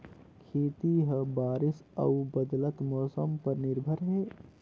खेती ह बारिश अऊ बदलत मौसम पर निर्भर हे